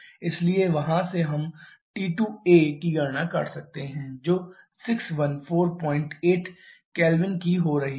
इसलिए वहाँ से हम T2a की गणना कर सकते हैं जो 6148 K की हो रही है